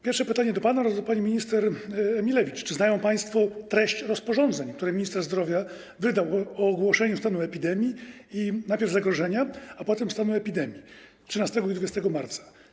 Pierwsze pytanie do pana oraz do pani minister Emilewicz: Czy znają państwo treść rozporządzeń, które wydał minister zdrowia, o ogłoszeniu stanu epidemii, najpierw zagrożenia, a potem stanu epidemii, 13 i 20 marca?